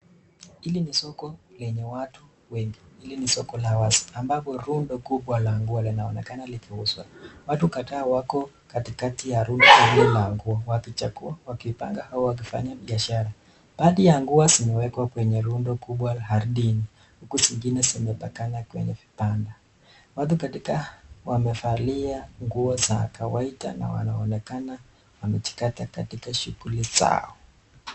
Hili ni soko lenye watu wengi ,hili ni soko la wazi ambapo rundo kubwa la nguo linaonekana likuuzwa. Watu kadhaa wako katikati la hili rundo la nguo wakichagua, wakipanga au wakifanya biashara. Baadhi ya nguo zimewekwa kwenye rundo kubwa la ardhini huku zingine zimepakana kwenye vibanda. Watu katika wamevalia nguo za kawaida na wanaonekana wamejikata katika shughuli zao.